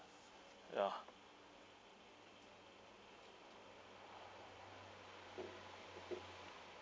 ya